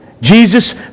Jesus